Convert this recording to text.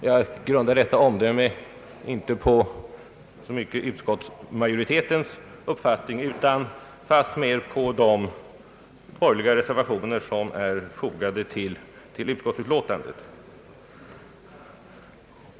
Jag grundar detta omdöme inte så mycket på utskottsmajoritetens uppfattning utan fastmer på den borgerliga reservation och det särskilda yttrande som är fogade till utskottsutlåtandet.